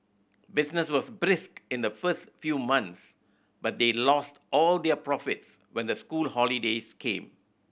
business was brisk in the first few months but they lost all their profits when the school holidays came